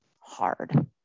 hard